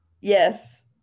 Yes